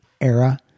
era